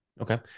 okay